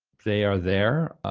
they are there.